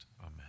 Amen